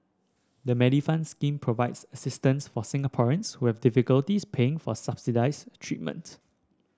the Medifund scheme provides assistance for Singaporeans who have difficulties paying for subsidized treatment